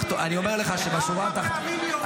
אבל אני אומר לך שבשורה התחתונה --- כמה פעמים היא הורידה אותנו?